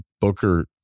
Booker